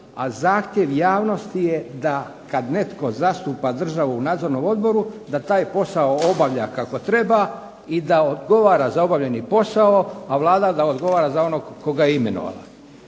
a zahtjev javnosti je da kad netko zastupa državu u nadzornom odboru da taj posao obavlja kako treba i da odgovora za obavljeni posao, a Vlada da odgovara za onog koga je imenovala.